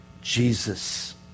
Jesus